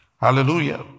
Hallelujah